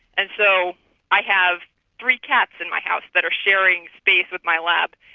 and so i have three cats in my house that are sharing space with my lab,